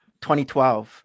2012